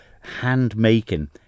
hand-making